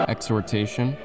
Exhortation